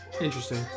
Interesting